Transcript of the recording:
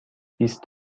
بیست